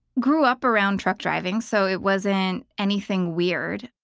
grew up around truck driving so it wasn't anything weird.